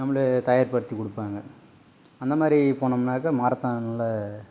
நம்மளை தயார்படுத்தி கொடுப்பாங்க அந்த மாதிரி போனோம்னாக்க மாரத்தானில்